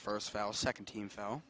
first fell second team